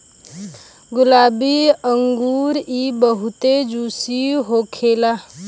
गुलाबी अंगूर इ बहुते जूसी होखेला